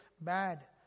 bad